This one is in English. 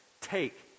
Take